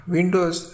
Windows